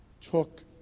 took